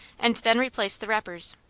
and then replaced the wrappers.